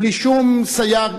בלי שום סייג,